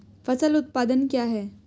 फसल उत्पादन क्या है?